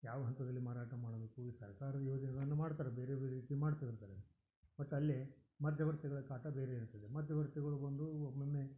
ಯಾವ ಹಂತದಲ್ಲಿ ಮಾರಾಟ ಮಾಡಬೇಕು ಈ ಸರ್ಕಾರಿ ಯೋಜನೆಗಳನ್ನು ಮಾಡ್ತಾರೆ ಬೇರೆ ಬೇರೆ ರೀತಿ ಮಾಡ್ತಿರ್ತಾರೆ ಬಟ್ ಅಲ್ಲಿ ಮಧ್ಯವರ್ತಿಗಳ ಕಾಟ ಬೇರೆ ಇರ್ತದೆ ಮಧ್ಯವರ್ತಿಗಳು ಬಂದು ಒಮ್ಮೊಮ್ಮೆ